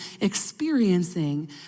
experiencing